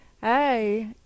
Hey